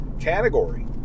category